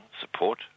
support